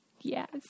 Yes